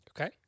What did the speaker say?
Okay